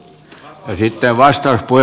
hän yrittää väistellä voi